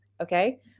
okay